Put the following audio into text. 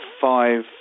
five